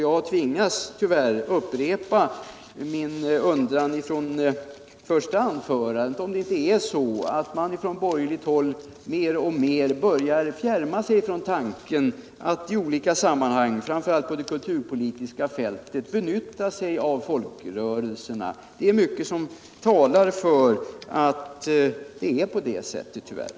Jag tvingas tyvärr upprepa min undran från första anförandet om det inte är så alt man från borgerligt håll mer och mer börjar fjärma sig från tanken att i olika sammanhang, framför allt på det kulturpolitiska fältet, benytta sig av folkrörelserna. Mycket talar för att det är på det sättet, tyvärr.